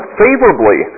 favorably